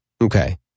Okay